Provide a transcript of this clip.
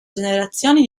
generazioni